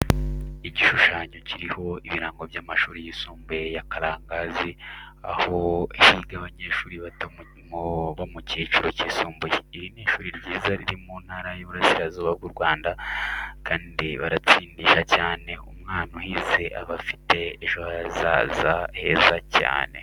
Igishushanyo kiriho ibirango by'amashuri yisumbuye ya Karangazi, aho higa abanyeshuri bato bo mu cyiciro cyisumbuye. Iri ni ishuri ryiza riri mu Ntara y'Ibirasirazuba bw'u Rwanda, kandi baratsindisha cyane umwana uhize aba afite ejo hazaza heza cyane.